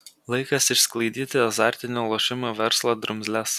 laikas išsklaidyti azartinių lošimų verslo drumzles